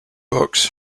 books